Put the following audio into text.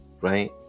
Right